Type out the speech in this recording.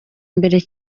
mbere